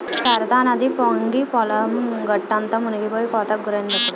శారదానది పొంగి పొలం గట్టంతా మునిపోయి కోతకి గురైందిప్పుడు